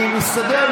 אני מסתדר,